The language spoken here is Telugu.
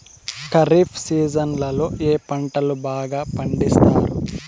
ఖరీఫ్ సీజన్లలో ఏ పంటలు బాగా పండిస్తారు